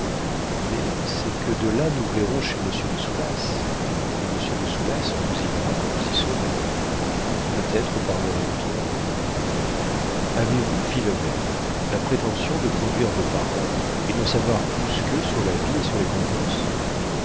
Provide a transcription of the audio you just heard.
mais c'est que de là nous verrons chez monsieur de soulas et monsieur de soulas nous y verra quand nous y serons peut-être parlerait on avez-vous philomène la prétention de conduire vos parents et d'en savoir plus qu'eux sur la vie et sur les convenances